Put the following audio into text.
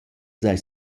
s’haja